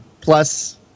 Plus